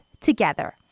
together